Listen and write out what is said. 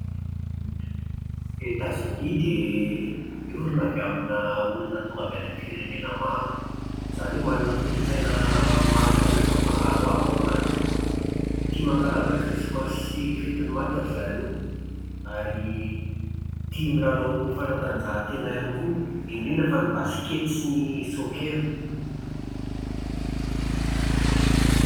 Etazonia dia niorina avy amina olona tonga avy amin'ny firenena maro. Izany hoe manana kolontsaina maro samihafa mifangaroharo ao anatiny. Tia mankalaza krismasy sy fetin'ny maty ry zareo. Ary tia milalao fanatanjahantena ihany koa, indrindra fa ny baskety sy ny soccer.